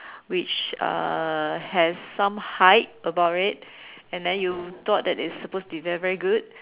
which uh has some hype about it and then you thought that it is supposed to be very very good